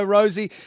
Rosie